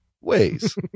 ways